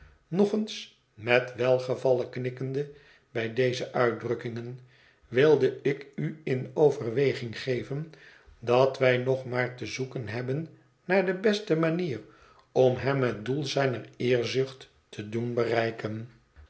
nog eens met welgevallen knikkende bij deze uitdrukkingen wilde ik u in overweging geven dat wij nog maar te zoeken hebben naar de beste manier om hem het doel zijner eerzucht te doen bereiken